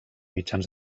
mitjans